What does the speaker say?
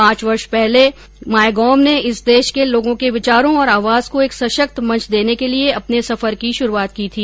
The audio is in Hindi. पांच वर्ष पहले उलहवअपदकप ने देश के लोगों के विचारों और आवाज को एक सशक्त मंच देने के लिए अपने सफर की शुरूआत की थी